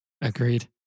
Agreed